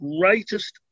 greatest